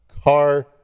car